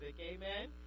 Amen